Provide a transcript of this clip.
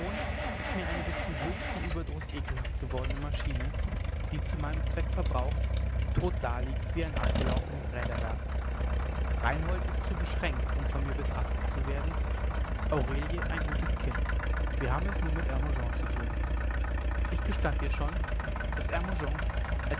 ist mir eine bis zum höchsten überdruß ekelhaft gewordene maschine die zu meinem zweck verbraucht tot daliegt wie ein abgelaufenes räderwerk reinhold ist zu beschränkt um von mir beachtet zu werden aurelie ein gutes kind wir haben es nur mit hermogen zu tun ich gestand dir schon daß hermogen